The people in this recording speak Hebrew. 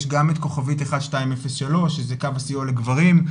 יש גם את כוכבית 1203 שזה קו הסיוע לגברים,